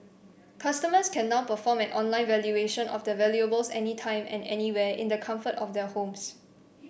customers can now perform an online valuation of their valuables any time and anywhere in the comfort of their homes